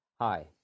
Hi